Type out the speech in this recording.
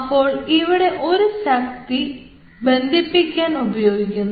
അപ്പോൾ ഇവിടെ ഒരു ശക്തി ബന്ധിപ്പിക്കാൻ ഉപയോഗിക്കുന്നു